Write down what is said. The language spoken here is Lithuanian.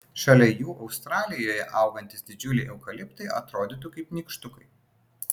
šalia jų australijoje augantys didžiuliai eukaliptai atrodytų kaip nykštukai